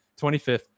25th